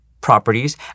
properties